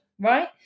right